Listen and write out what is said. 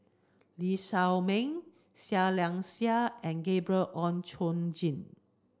Lee Shao Meng Seah Liang Seah and Gabriel Oon Chong Jin